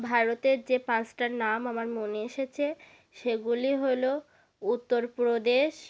ভারতের যে পাঁচটা নাম আমার মনে এসেছে সেগুলি হলো উত্তর প্রদেশ